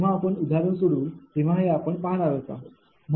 जेव्हा आपण उदाहरण सोडवू तेव्हा हे आपण पाहणार आहोतच